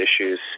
issues